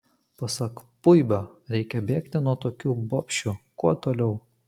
pasak puibio reikia bėgti nuo tokių bobšių kuo toliau